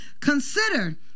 consider